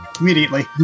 Immediately